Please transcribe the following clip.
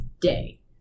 Day